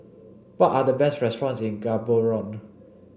what are the best restaurants in Gaborone